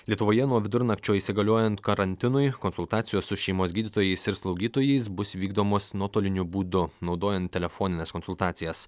lietuvoje nuo vidurnakčio įsigaliojant karantinui konsultacijos su šeimos gydytojais ir slaugytojais bus vykdomos nuotoliniu būdu naudojant telefonines konsultacijas